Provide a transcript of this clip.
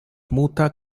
muta